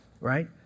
right